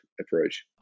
approach